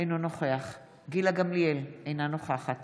אינו נוכח גילה גמליאל, אינה נוכחת